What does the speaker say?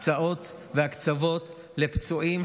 הקצאות והקצבות לפצועים,